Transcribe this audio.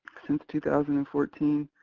since two thousand and fourteen.